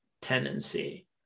tendency